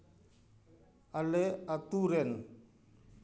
ᱟᱞᱮ ᱟᱹᱛᱩ ᱨᱮᱱ